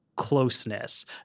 Closeness